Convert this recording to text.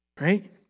Right